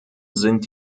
sind